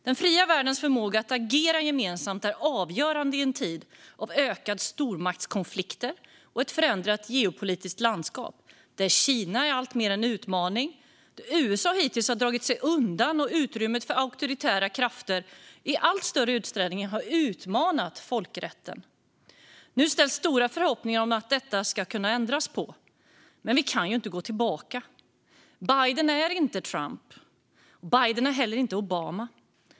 Den fria världens förmåga att agera gemensamt är avgörande i en tid av ökade stormaktskonflikter och ett förändrat geopolitiskt landskap, där Kina alltmer är en utmaning, USA hittills har dragit sig undan och auktoritära krafter fått allt större utrymme att utmana folkrätten. Nu ställs stora förhoppningar om att detta ska kunna ändras, men vi kan inte gå tillbaka. Biden är inte Trump. Biden är heller inte Obama.